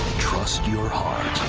trust your heart.